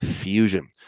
fusion